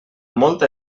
molta